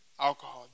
Alcohol